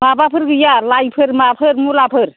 माबाफोर गैया लाइफोर माफोर मुलाफोर